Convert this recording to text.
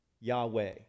Yahweh